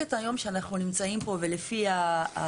במחלוקת היום שאנחנו נמצאים פה ולפי האימיילים